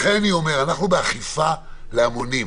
אנחנו באכיפה להמונים.